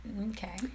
okay